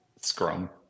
Scrum